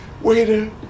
Waiter